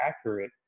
accurate